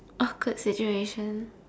awkward situation